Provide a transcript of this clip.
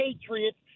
Patriots